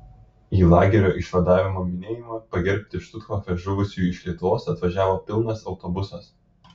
į lagerio išvadavimo minėjimą pagerbti štuthofe žuvusiųjų iš lietuvos atvažiavo pilnas autobusas